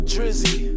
Drizzy